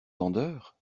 vendeur